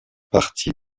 partie